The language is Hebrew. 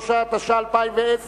23), התש"ע 2010,